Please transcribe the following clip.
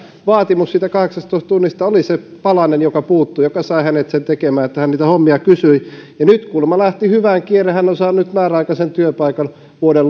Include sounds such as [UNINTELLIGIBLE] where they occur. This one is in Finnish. vaatimus siitä kahdeksastatoista tunnista oli se palanen joka puuttui joka sai hänet sen tekemään että hän niitä hommia kysyi nyt kuulemma lähti hyvä kierre hän on saanut määräaikaisen työpaikan ainakin vuoden [UNINTELLIGIBLE]